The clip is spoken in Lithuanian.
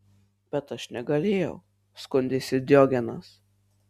bet aš negalėjau skundėsi diogenas